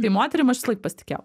tai moterim aš visąlaik pasitikėjau